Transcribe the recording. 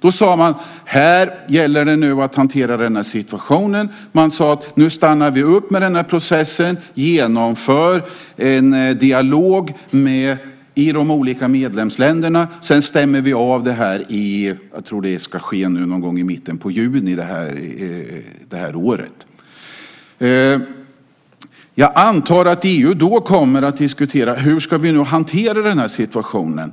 Då sade man: Det gäller nu att hantera den här situationen. Man sade: Nu stannar vi upp med den här processen och genomför en dialog i de olika medlemsländerna, och sedan stämmer vi av det. Jag tror att det ska ske någon gång i juni detta år. Jag antar att EU då kommer att diskutera hur vi ska hantera den här situationen.